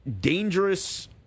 dangerous